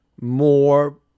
more